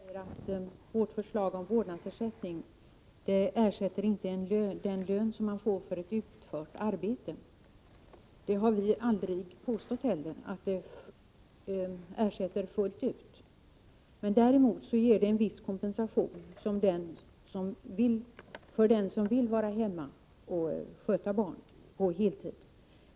Herr talman! Inga Lantz säger att den vårdnadsersättning vi föreslår inte ersätter den lön som man får för ett utfört arbete. Det har vi aldrig påstått heller, att det ersätter fullt ut. Däremot ger det en viss kompensation för den som vill vara hemma och sköta barn på heltid.